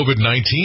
COVID-19